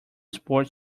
sports